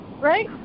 right